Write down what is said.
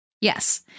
Yes